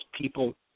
people